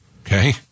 Okay